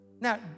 Now